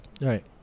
Right